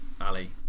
Ali